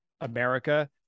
America